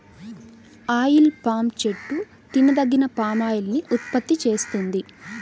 oil palm చెట్టు తినదగిన palm oil ని ఉత్పత్తి చేస్తుంది